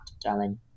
darling